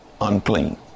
unclean